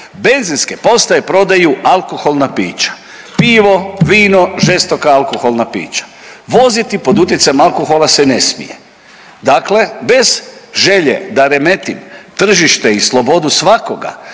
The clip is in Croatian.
Benzinske postaje prodaju alkoholna pića, pivo, vino, žestoka alkoholna pića. Voziti pod utjecajem alkohola se ne smije. Dakle bez želje da remetim tržište i slobodu svakoga